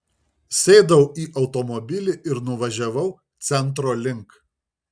sėdau į automobilį ir nuvažiavau centro link